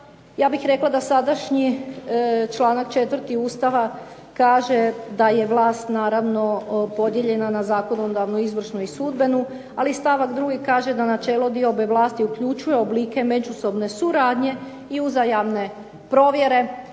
Ja bih rekla da sadašnji članak 4. Ustava kaže da je vlast naravno podijeljena na zakonodavnu, izvršnu i sudbenu, ali stavak 2. kaže da načelo diobe vlasti uključuje oblike međusobne suradnje i uzajamne provjere